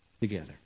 together